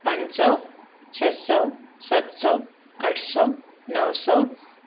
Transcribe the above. पंज सौ छह सौ सत सौ अठ सौ नव सौ